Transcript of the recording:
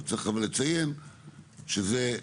וצריך לציין שזה,